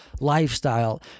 lifestyle